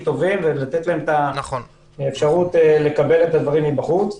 טובים ולתת להם אפשרות לקבל דברים מבחוץ.